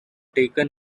taken